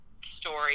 story